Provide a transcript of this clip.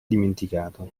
dimenticato